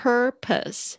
Purpose